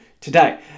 today